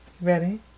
Ready